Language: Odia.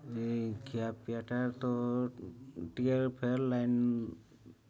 ଏଇ ଖିଆପିଆଟା ତ ଟିକେ